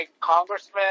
congressman